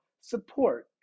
support